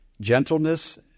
gentleness